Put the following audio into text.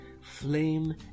flame